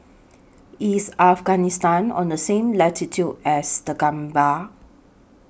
IS Afghanistan on The same latitude as The Gambia